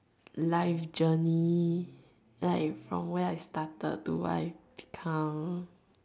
life journey like from where I started to where I become